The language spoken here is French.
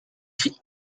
christ